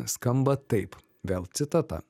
skamba taip vėl citata